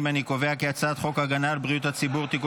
את הצעת חוק הגנה על בריאות הציבור (מזון) (תיקון